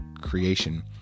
creation